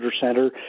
center